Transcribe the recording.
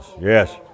yes